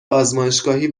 آزمایشگاهی